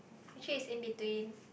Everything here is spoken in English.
actually is in between